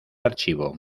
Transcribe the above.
archivo